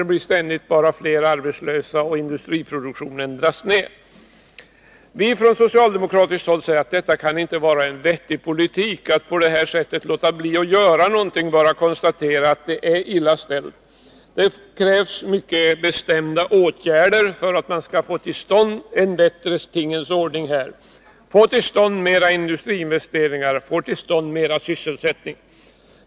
Det blir ständigt bara fler arbetslösa och industriproduktionen dras ned. Vi från socialdemokratiskt håll säger att det inte kan vara en vettig politik att på det här sättet låta bli att göra någonting och bara konstatera att det är illa ställt. Det krävs mycket bestämda åtgärder för att få till stånd en bättre tingens ordning, få till stånd fler industriinvesteringar och få till stånd mera sysselsättning.